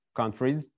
countries